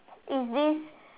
is this